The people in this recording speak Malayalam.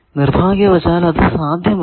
നിർഭാഗ്യവശാൽ അത് സാധ്യമല്ല